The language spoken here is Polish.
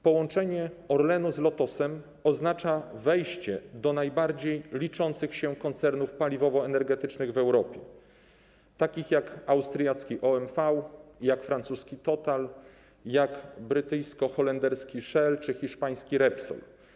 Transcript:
Połączenie Orlenu z Lotosem oznacza wejście do najbardziej liczących się koncernów paliwowo-energetycznych w Europie, takich jak austriacki OMV, francuski Total, brytyjsko-holenderski Shell czy hiszpański Repsol.